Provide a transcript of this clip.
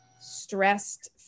stressed